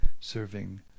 serving